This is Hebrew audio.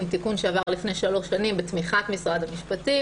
בתיקון שעבר לפני שלוש שנים בתמיכת משרד המשפטים